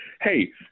hey